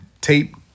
tape